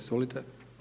Izvolite.